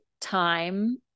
time